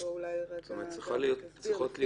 צריכות להיות